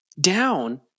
down